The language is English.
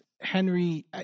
Henry